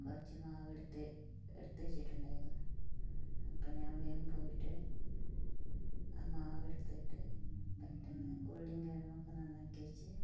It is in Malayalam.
കുറച്ച് മാവ് എടുത്ത് എടുത്ത് വെച്ചിട്ടുണ്ടായിരുന്നു അപ്പം ഞാൻ വേഗം പോയിട്ട് ആ മാവെടുത്തിട്ട് പെട്ടെന്നു ഉള്ളിയും കിഴങ്ങും ഒക്കെ നന്നാക്കിയേച്ച്